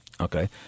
Okay